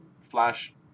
flash